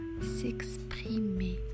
s'exprimer